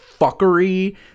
fuckery